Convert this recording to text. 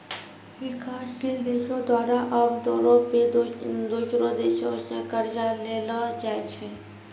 विकासशील देशो द्वारा आमतौरो पे दोसरो देशो से कर्जा लेलो जाय छै